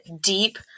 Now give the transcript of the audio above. deep